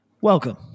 Welcome